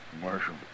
Marshal